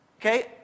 Okay